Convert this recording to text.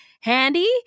Handy